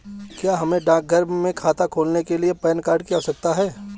क्या हमें डाकघर में खाता खोलने के लिए पैन कार्ड की आवश्यकता है?